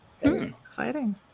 Exciting